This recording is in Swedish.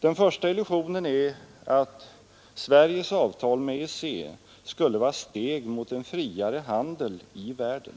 Den första illusionen är att Sveriges avtal med EEC skulle vara ett steg moten friare handel i världen.